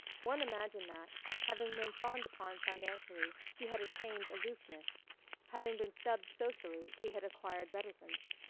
one imagined that, having been fawned upon financially, he had attained aloofness having been snubbed socially, he had acquired reticence.